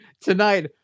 tonight